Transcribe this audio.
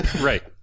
Right